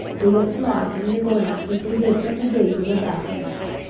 they will fly from your glance as they would from the gaze of a basilisk.